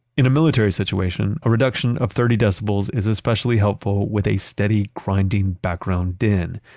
in a military situation, a reduction of thirty decibels is especially helpful with a steady, grinding background din,